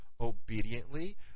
obediently